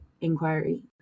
inquiry